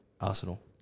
Arsenal